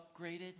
upgraded